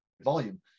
volume